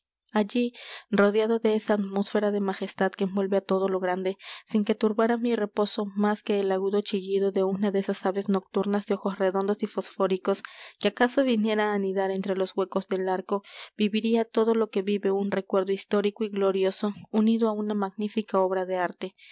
allí rodeado de esa atmósfera de majestad que envuelve á todo lo grande sin que turbara mi reposo más que el agudo chillido de una de esas aves nocturnas de ojos redondos y fosfóricos que acaso viniera á anidar entre los huecos del arco viviría todo lo que vive un recuerdo histórico y glorioso unido á una magnífica obra de arte